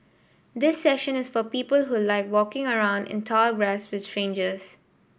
this session is for people who like walking around in tall grass with strangers